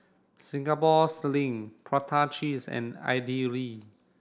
Singapore sling prata cheese and idly